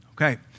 Okay